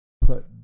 put